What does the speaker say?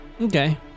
Okay